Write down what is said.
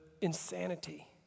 insanity